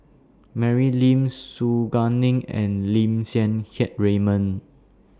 Mary Lim Su Guaning and Lim Siang Keat Raymond